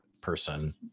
person